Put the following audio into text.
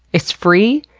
it's free,